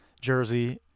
jersey